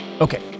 Okay